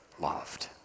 loved